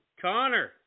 Connor